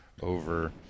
over